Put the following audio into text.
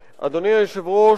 היושב-ראש,